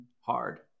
hard